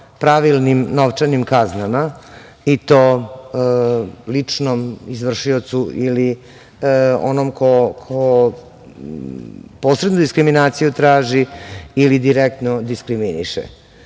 pravilnim novčanim kaznama i to ličnom izvršiocu ili onom ko posrednu diskriminaciju traži ili direktno diskriminiše. Volela